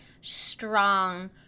strong